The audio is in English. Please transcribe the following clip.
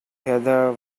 heather